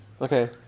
Okay